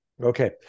okay